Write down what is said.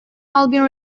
album